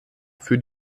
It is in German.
für